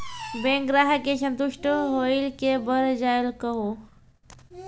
Bank ग्राहक के संतुष्ट होयिल के बढ़ जायल कहो?